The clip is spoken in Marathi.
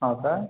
हां काय